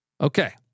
Okay